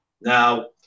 Now